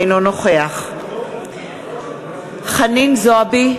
אינו נוכח חנין זועבי,